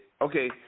okay